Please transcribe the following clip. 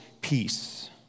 peace